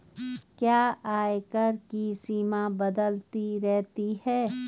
क्या आयकर की सीमा बदलती रहती है?